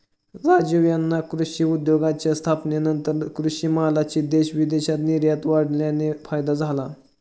राजीव यांना कृषी उद्योगाच्या स्थापनेनंतर कृषी मालाची देश विदेशात निर्यात वाढल्याने फायदा झाला